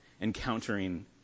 encountering